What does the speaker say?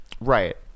Right